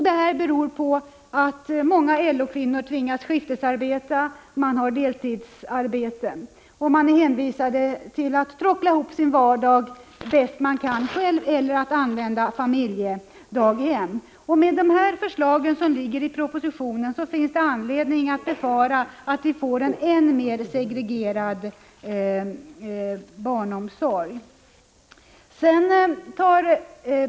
Det beror på att många LO kvinnor tvingas skiftesarbeta, man har deltidsarbete och är hänvisad till att tråckla ihop sitt vardagsarbete bäst man kan eller använda familjedaghem. Med förslagen i propositionen finns det anledning att befara att vi får en än mer segregerad barnomsorg.